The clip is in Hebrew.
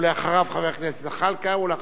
אחריו, חבר הכנסת זחאלקה, ואחריו,